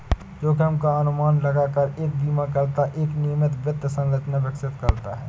जोखिम का अनुमान लगाकर एक बीमाकर्ता एक नियमित वित्त संरचना विकसित करता है